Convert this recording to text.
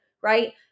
right